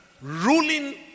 ruling